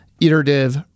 Iterative